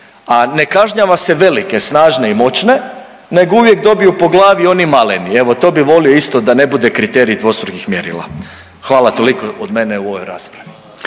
a ne kažnjava se velike, snažne i moćne, nego uvijek dobiju po glavi oni maleni. Evo, to bi volio isto da ne bude kriterij dvostrukih mjerila. Hvala, toliko od mene u ovoj raspravi.